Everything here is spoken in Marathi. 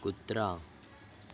कुत्रा